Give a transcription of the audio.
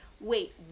wait